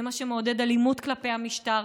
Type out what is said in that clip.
זה מה שמעודד אלימות כלפי המשטר.